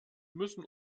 müssen